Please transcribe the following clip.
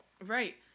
Right